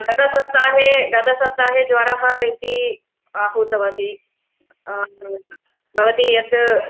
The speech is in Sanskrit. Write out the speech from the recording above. गतसप्ताहे गतसप्ताहे ज्वरः इति आहूतवती भवती यत्